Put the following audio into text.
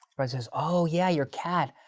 brother says, oh yeah your cat.